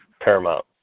paramount